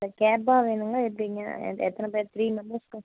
இப்போ கேப்பா வேணுங்களா எப்படிங்க எ எத்தனை பேர் த்ரீ மெம்பர்ஸ்க்கு